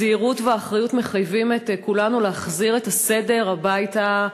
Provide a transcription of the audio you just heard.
הזהירות והאחריות מחייבות את כולנו להחזיר את הסדר הביתה,